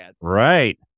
Right